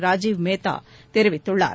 ராஜீவ் மேத்தா தெரிவித்துள்ளார்